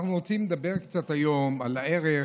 אנחנו רוצים לדבר היום קצת על הערך